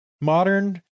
modern